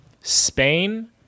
Spain